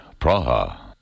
Praha